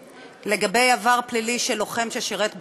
לגבי עבר פלילי של לוחם ששירת בצבא,